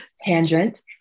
tangent